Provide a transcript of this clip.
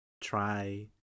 try